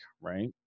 right